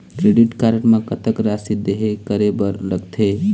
Credit card म कतक राशि देहे करे बर लगथे?